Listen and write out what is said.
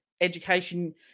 education